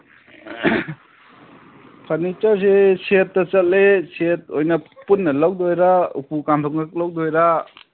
ꯐꯔꯅꯤꯆꯔꯁꯦ ꯁꯦꯠꯇ ꯆꯠꯂꯦ ꯁꯦꯠ ꯑꯣꯏꯅ ꯄꯨꯟꯅ ꯂꯧꯗꯣꯏꯔꯥ ꯎꯄꯨ ꯀꯥꯡꯗꯣꯟꯈꯛ ꯂꯧꯗꯣꯏꯔꯥ